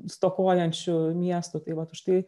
stokojančiu miestu tai vat už tai